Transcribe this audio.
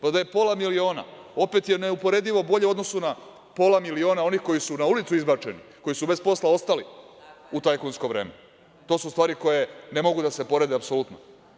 Da je pola miliona, opet je neuporedivo bolje u odnosu na pola miliona onih koji su na ulicu izbačeni, koji su bez posla ostali u tajkunsko vreme. to su stvari koje ne mogu da se porede apsolutno.